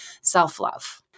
self-love